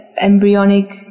Embryonic